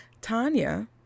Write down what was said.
tanya